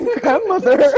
grandmother